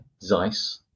Zeiss